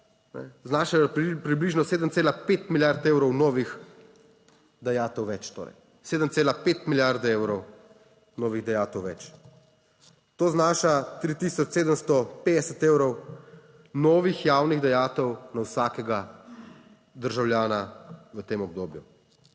znašalo približno 7,5 milijard evrov novih dajatev. To znaša 3 tisoč 750 evrov novih javnih dajatev na vsakega državljana v tem obdobju.